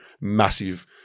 massive